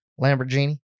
lamborghini